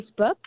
Facebook